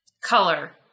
color